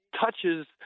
touches